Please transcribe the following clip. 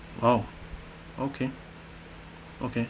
!wow! okay okay